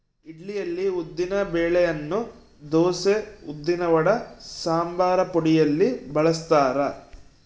ಇಡ್ಲಿಯಲ್ಲಿ ಉದ್ದಿನ ಬೆಳೆಯನ್ನು ದೋಸೆ, ಉದ್ದಿನವಡ, ಸಂಬಾರಪುಡಿಯಲ್ಲಿ ಬಳಸ್ತಾರ